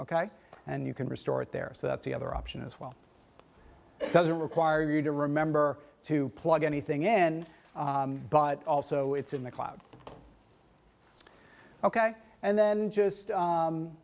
ok and you can restore it there so that the other option as well it doesn't require you to remember to plug anything in but also it's in the cloud ok and then just